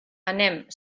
anem